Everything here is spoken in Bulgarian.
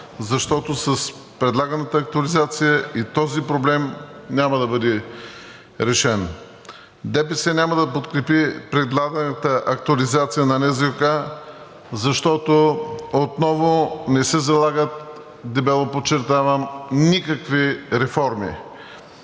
защото с предлаганата актуализация и този проблем няма да бъде решен. ДПС няма да подкрепи предлаганата актуализация на НЗОК, защото отново не се залагат, дебело подчертавам, никакви реформи.